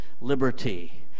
liberty